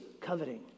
coveting